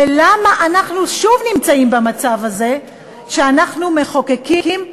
ולמה אנחנו שוב נמצאים במצב הזה שאנחנו מחוקקים,